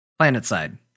Planetside